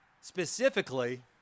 specifically